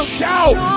shout